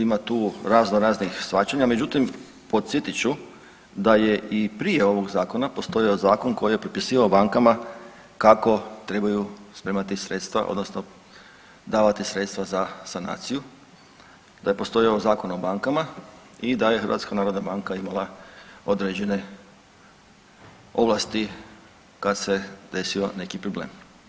Ima tu razno raznih shvaćanja, međutim podsjetit ću da je i prije ovog Zakona postojao zakon koji je propisivao bankama kako trebaju spremati sredstva, odnosno davati sredstva za sanaciju, da je postojao Zakon o bankama i da je HNB imala određene ovlasti kad se desio neki problem.